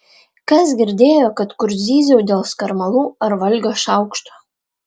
kas girdėjo kad kur zyziau dėl skarmalų ar valgio šaukšto